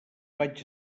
vaig